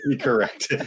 Correct